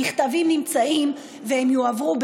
המכתבים נמצאים והם יועברו,